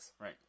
Right